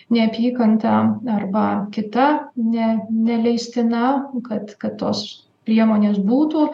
neapykantą arba kita ne neleistina kad kad tos priemonės būtų